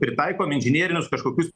pritaikom inžinerinius kažkokius